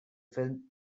film